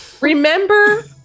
remember